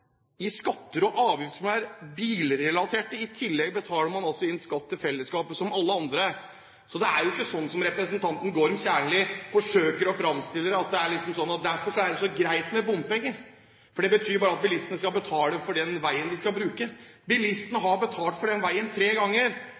i skatter og avgifter som er bilrelaterte. I tillegg betaler man altså inn skatt til fellesskapet som alle andre. Det er ikke slik som representanten Gorm Kjernli forsøker å fremstille det, at det er så greit med bompenger, for det betyr bare at bilistene skal betale for den veien de skal bruke. Bilistene har betalt for den veien tre ganger,